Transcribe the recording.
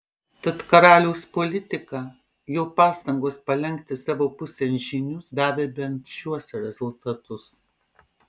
tad karaliaus politika jo pastangos palenkti savo pusėn žynius davė bent šiuos rezultatus